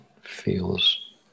feels